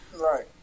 Right